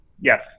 Yes